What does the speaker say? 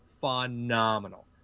Phenomenal